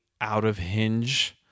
out-of-hinge